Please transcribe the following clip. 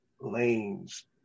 lanes